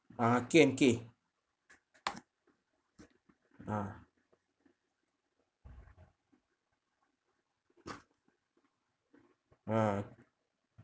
ah K_N_K ah ah